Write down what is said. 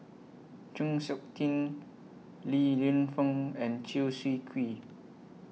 Chng Seok Tin Li Lienfung and Chew Swee Kee